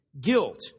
guilt